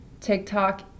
TikTok